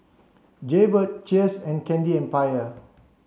Jaybird Cheers and Candy Empire